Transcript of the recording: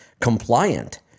compliant